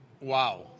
Wow